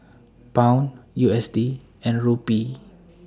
Pound U S D and Rupee